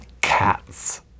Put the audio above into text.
Cats